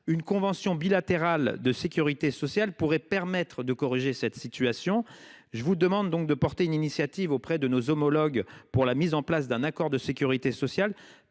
une convention bilatérale de sécurité sociale pourrait permettre de corriger cette situation. Je vous demande de lancer une initiative auprès de nos homologues pour la mise en place d’un accord de sécurité sociale